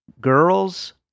Girls